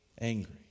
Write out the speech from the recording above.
angry